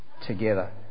together